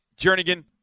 Jernigan